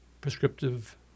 prescriptive